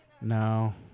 No